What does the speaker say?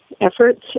efforts